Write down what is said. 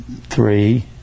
three